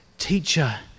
Teacher